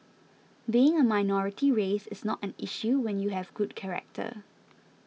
being a minority race is not an issue when you have good character